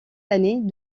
années